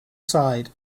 side